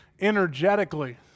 energetically